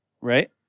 right